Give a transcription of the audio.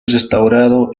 restaurado